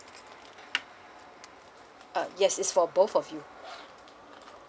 uh yes it's for both of you